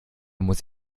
muss